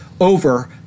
over